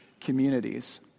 communities